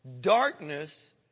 darkness